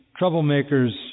troublemakers